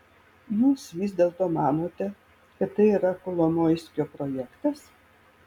jūs vis dėlto manote kad tai yra kolomoiskio projektas